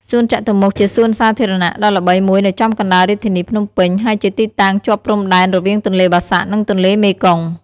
សួនចតុមុខ ជាសួនសាធារណៈដ៏ល្បីមួយនៅចំកណ្តាលរាជធានីភ្នំពេញ ហើយជាទីតាំងជាប់ព្រំដែនរវាងទន្លេបាសាក់ និងទន្លេមេគង្គ។